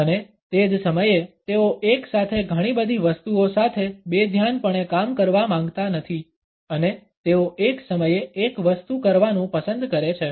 અને તે જ સમયે તેઓ એક સાથે ઘણી બધી વસ્તુઓ સાથે બેધ્યાનપણે કામ કરવા માંગતા નથી અને તેઓ એક સમયે એક વસ્તુ કરવાનું પસંદ કરે છે